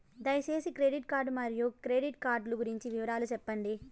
దయసేసి credit card మరియు credit card లు గురించి వివరాలు సెప్పండి?